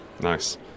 Nice